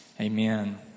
Amen